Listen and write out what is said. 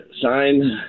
sign